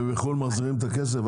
ובחו"ל מחזירים את הכסף?